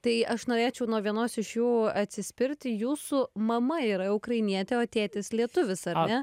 tai aš norėčiau nuo vienos iš jų atsispirti jūsų mama yra ukrainietė o tėtis lietuvis ar ne